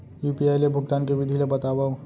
UPI ले भुगतान के विधि ला बतावव